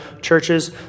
churches